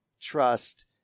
trust